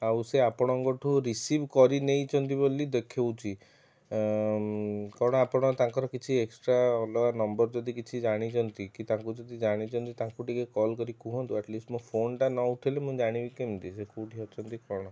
ଆଉ ସେ ଆପଣଙ୍କଠୁ ରିସିଭ କରି ନେଇଛନ୍ତି ବୋଲି ଦେଖଉଛି କ'ଣ ଆପଣ ତାଙ୍କର କିଛି ଏକ୍ସଟ୍ରା ଅଲଗା ନମ୍ବର ଯଦି କିଛି ଜାଣିଛନ୍ତି କି ତାଙ୍କୁ ଯଦି ଜାଣିଛନ୍ତି ତାଙ୍କୁ ଟିକେ କଲ କରି କୁହନ୍ତୁ ଆଟଲିଷ୍ଟ ମୋ ଫୋନ ଟା ନ ଉଠାଇଲେ ମୁଁ ଜାଣିବି କେମିତି ସେ କେଉଁଠି ଅଛନ୍ତି କ'ଣ